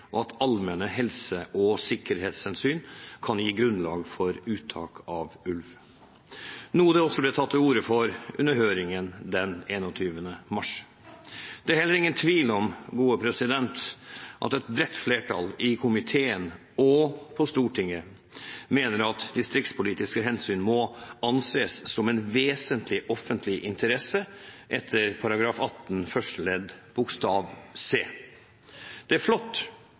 og at allmenne helse- og sikkerhetshensyn kan gi grunnlag for uttak av ulv, noe det også ble tatt til orde for under høringen den 21. mars. Det er heller ingen tvil om at et bredt flertall i komiteen og på Stortinget mener at distriktspolitiske hensyn må anses som en vesentlig offentlig interesse, etter § 18 første ledd bokstav c. Det er flott